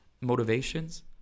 motivations